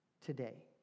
today